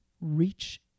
reach